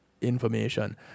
information